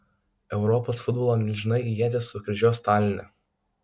europos futbolo milžinai ietis sukryžiuos taline